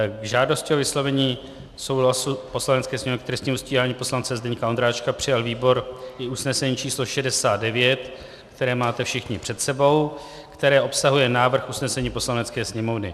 K žádosti o vyslovení souhlasu Poslanecké sněmovny k trestnímu stíhání poslance Zdeňka Ondráčka přijal výbor i usnesení číslo 69, které máte všichni před sebou, které obsahuje návrh usnesení Poslanecké sněmovny.